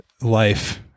life